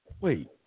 Wait